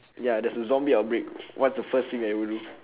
ya there's a zombie outbreak what's the first thing that you would do